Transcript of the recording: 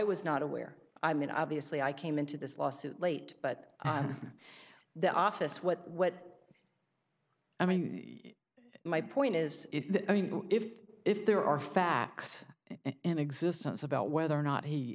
was not aware i mean obviously i came into this lawsuit late but the office what what i mean my point is i mean if if there are facts in existence about whether or not he